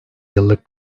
yıllık